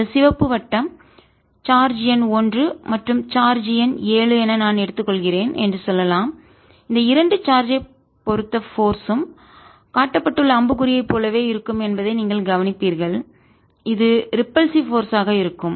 இந்த சிவப்பு வட்டம் சார்ஜ் எண் 1 மற்றும் சார்ஜ் எண் 7 என நான் எடுத்துக்கொள்கிறேன் என்று சொல்லலாம் இந்த இரண்டு சார்ஜ் ஐ பொறுத்த போர்ஸ்ம் காட்டப்பட்டுள்ள அம்புக்குறியை போலவே இருக்கும் என்பதை நீங்கள் கவனிப்பீர்கள் இது ரிப்பல்சிவ் போர்ஸ் ஆக விரட்ட கூடியதாக இருக்கும்